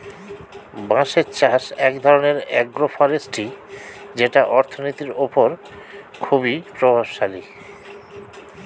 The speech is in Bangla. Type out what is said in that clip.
বাঁশের চাষ এক ধরনের আগ্রো ফরেষ্ট্রী যেটা অর্থনীতির ওপর খুবই প্রভাবশালী